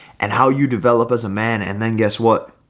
and how you develop as a man and then guess what?